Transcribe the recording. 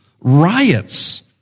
riots